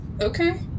Okay